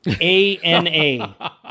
A-N-A